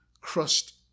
crushed